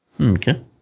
Okay